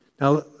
Now